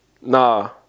Nah